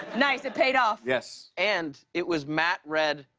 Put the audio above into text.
nice. it paid off. yes. and, it was matte red,